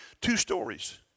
two-stories